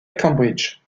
cambridge